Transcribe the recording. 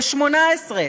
זה 18,